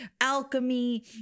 alchemy